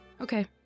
Okay